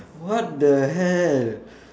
what the hell